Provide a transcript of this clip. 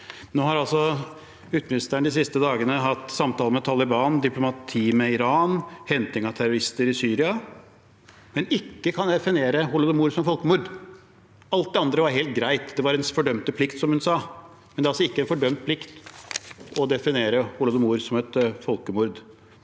Nå har utenriksministeren de siste dagene hatt samtaler med Taliban, hatt diplomati med Iran, hentet terrorister i Syria, men kan ikke definere holodomor som folkemord. Alt det andre var helt greit. Det var hennes fordømte plikt, som hun sa, men det er altså ikke en fordømt plikt å definere holodomor som et folkemord.